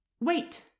Wait